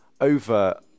over